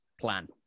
Plan